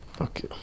Okay